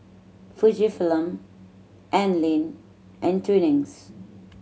Fujifilm Anlene and Twinings